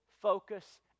focus